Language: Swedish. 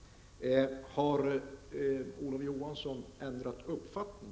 Har Olof Johansson ändrat uppfattning?